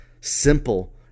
Simple